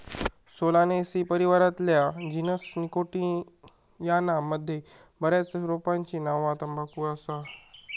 Solanaceae परिवारातल्या genus Nicotiana मध्ये बऱ्याच रोपांची नावा तंबाखू असा